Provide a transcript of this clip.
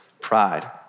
pride